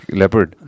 leopard